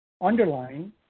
underlying